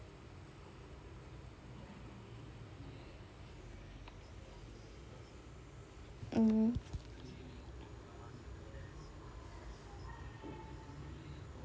mmhmm